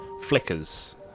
Flickers